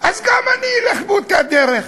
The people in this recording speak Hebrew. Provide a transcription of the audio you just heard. אז גם אני אלך באותה דרך.